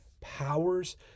powers